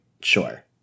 sure